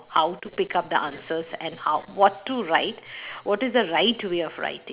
how to pick up the answers and how what to write what is the right way of writing